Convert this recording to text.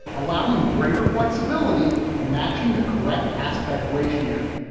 allowing greater flexibility in matching the correct aspect ratio.